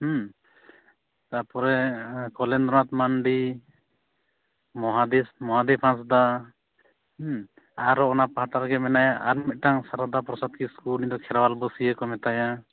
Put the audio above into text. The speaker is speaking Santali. ᱛᱟᱯᱚᱨᱮ ᱠᱚᱞᱮᱱᱫᱨᱚᱱᱟᱛᱷ ᱢᱟᱱᱰᱤ ᱢᱚᱦᱟᱫᱮᱵ ᱢᱚᱦᱟᱫᱮᱵ ᱦᱟᱸᱥᱫᱟ ᱟᱨᱚ ᱚᱱᱟ ᱯᱟᱦᱟᱴᱟ ᱨᱮᱜᱮ ᱢᱮᱱᱟᱭᱟ ᱟᱨ ᱢᱤᱫᱴᱟᱝ ᱥᱟᱨᱚᱫᱟ ᱯᱨᱚᱥᱟᱫ ᱠᱤᱥᱠᱩ ᱩᱱᱤᱫᱚ ᱠᱮᱨᱣᱟᱞ ᱵᱟᱹᱥᱭᱟᱹ ᱠᱚ ᱢᱮᱛᱟᱭᱟ